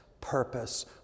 purpose